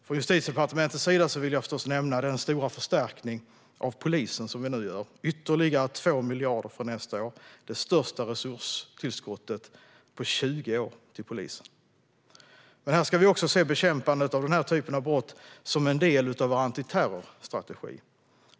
Från Justitiedepartementets sida vill jag förstås nämna den stora förstärkning av polisen som vi nu gör med ytterligare 2 miljarder från nästa år, vilket är det största resurstillskottet till polisen på 20 år. Vi ska även se bekämpandet av den här typen av brott som en del av vår antiterrorstrategi.